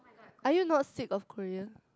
are you not sick of Korea